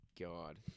god